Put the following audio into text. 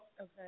okay